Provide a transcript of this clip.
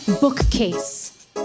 Bookcase